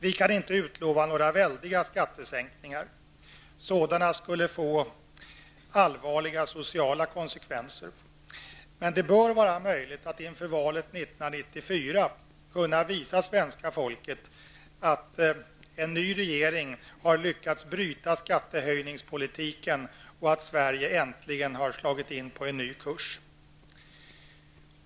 Vi kan inte utlova några väldiga skattesänkningar, för sådana skulle få allvarliga sociala konsekvenser. Men det bör vara möjligt att inför valet 1994 kunna visa svenska folket att en ny regering har lyckats bryta skattehöjningspolitiken och att Sverige äntligen slagit in på en ny kurs.